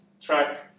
track